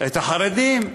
את החרדים.